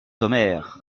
omer